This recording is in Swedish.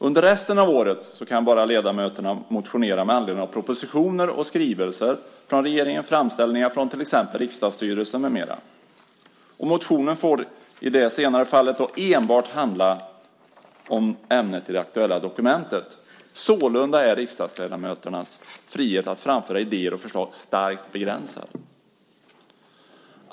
Under resten av året kan ledamöterna bara motionera med anledning av propositioner och skrivelser från regeringen, framställningar från till exempel riksdagsstyrelsen med mera. Motionen får i det senare fallet enbart handla om ämnet i det aktuella dokumentet. Sålunda är riksdagsledamöternas frihet att framföra idéer och förslag starkt begränsad.